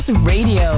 Radio